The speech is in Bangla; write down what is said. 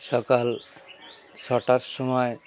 সকাল ছটার সময়